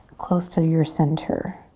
close to your center.